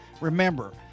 Remember